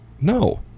No